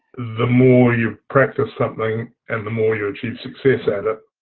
the more you practice something, and the more you achieve success at it.